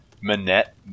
Manette